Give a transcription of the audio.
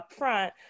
upfront